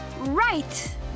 Right